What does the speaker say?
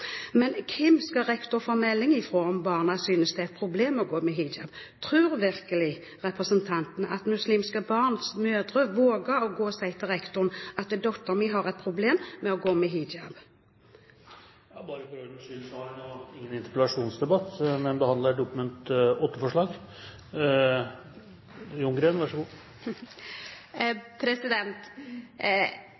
Men hvem skal rektor få melding fra om barna synes det er et problem å gå med hijab? Tror virkelig representanten at muslimske barns mødre våger å gå til rektor og si at datteren har et problem med å gå med hijab? Bare for ordens skyld: Vi har nå ingen interpellasjonsdebatt, men vi behandler et Dokument